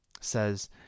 says